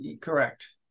Correct